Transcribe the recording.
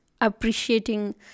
appreciating